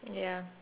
ya